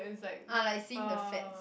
ah like seeing the fats